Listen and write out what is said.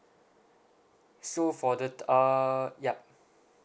so for the t~ uh ya